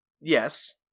Yes